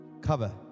cover